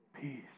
Peace